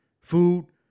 food